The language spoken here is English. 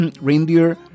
reindeer